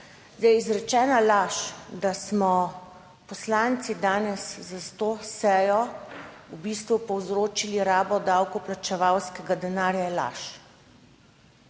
Zdaj izrečena laž, da smo poslanci danes za to sejo v bistvu povzročili rabo davkoplačevalskega denarja.